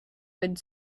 would